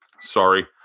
Sorry